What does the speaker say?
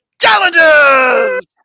Challenges